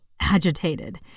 agitated